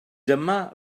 dyma